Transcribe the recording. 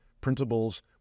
principles